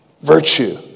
virtue